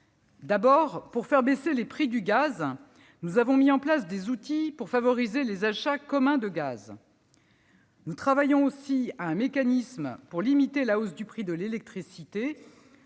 mesures. Pour faire baisser les prix, nous avons mis en place des outils pour favoriser les achats communs de gaz. Nous travaillons aussi à un mécanisme visant à limiter la hausse du prix de l'électricité.